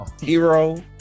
hero